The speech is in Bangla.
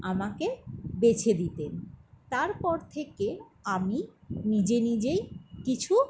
আমাকে বেছে দিতেন তারপর থেকে আমি নিজে নিজেই কিছু